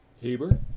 Heber